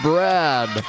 Brad